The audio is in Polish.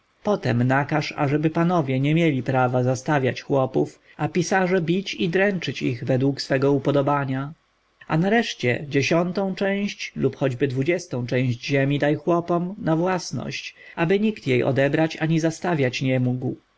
potem nakaż aby panowie nie mieli prawa zastawiać chłopów a pisarze bić i dręczyć ich według swego upodobania a nareszcie daj dziesiątą część lub choćby dwudziestą część ziemi chłopom na własność aby nikt jej odebrać ani zastawiać nie mógł